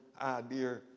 idea